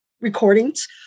recordings